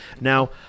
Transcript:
Now